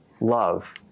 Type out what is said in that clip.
love